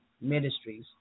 Ministries